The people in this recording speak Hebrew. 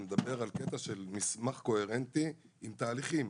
אני מדבר על קטע של מסמך קוהרנטי עם תהליכים.